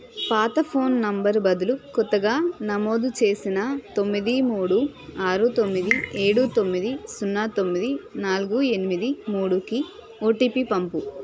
పాత phone number బదులు కొత్తగా నమోదు చేసిన తొమ్మిది మూడు ఆరు తొమ్మిది ఏడు తొమ్మిది సున్నా తొమ్మిది నాలుగు ఎనిమిది మూడుకి ఓటీపీ పంపు